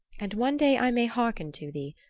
and one day i may harken to thee.